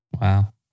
Wow